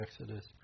Exodus